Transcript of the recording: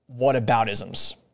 whataboutisms